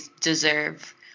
deserve